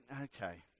okay